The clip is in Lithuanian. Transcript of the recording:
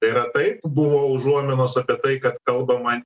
tai yra taip buvo užuominos apie tai kad kalbama